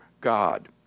God